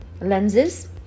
lenses